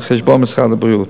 על חשבון משרד הבריאות.